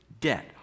debt